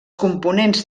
components